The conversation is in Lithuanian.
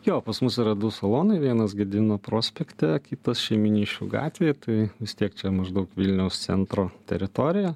jo pas mus yra du salonai vienas gedimino prospekte kitas šeimyniškių gatvėj tai vis tiek čia maždaug vilniaus centro teritorija